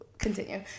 continue